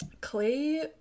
clay